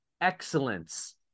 excellence